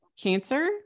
cancer